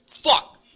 Fuck